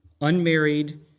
unmarried